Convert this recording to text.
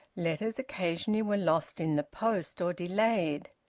letters occasionally were lost in the post, or delayed.